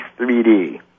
3D